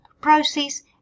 process